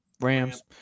Rams